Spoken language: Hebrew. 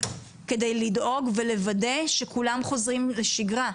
על מנת לדאוג ולוודא שכולם חוזרים לשגרה.